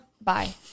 bye